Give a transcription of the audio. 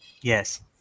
Yes